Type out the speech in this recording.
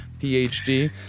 PhD